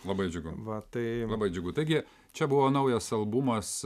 labai džiugu va tai labai džiugu taigi čia buvo naujas albumas